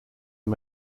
are